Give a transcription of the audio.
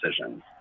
decisions